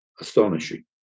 astonishing